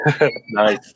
Nice